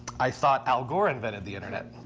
i thought al gore invented the internet.